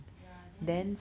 ya then